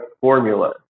formula